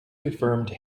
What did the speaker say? reaffirmed